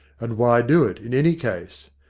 and why do it, in any case?